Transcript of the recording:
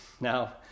Now